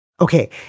Okay